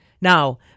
Now